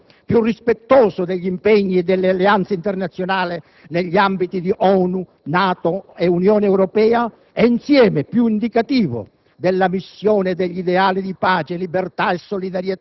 più dettagliato, più lineare, coerente e onesto, più rispettoso degli impegni e delle alleanze internazionali negli ambiti di ONU, NATO e Unione Europea e insieme più indicativo